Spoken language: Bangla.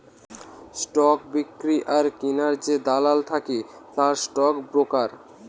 স্টক বিক্রি আর কিনার যে দালাল থাকে তারা স্টক ব্রোকার